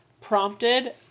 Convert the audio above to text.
prompted